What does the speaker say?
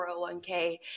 401k